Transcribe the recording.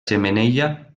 xemeneia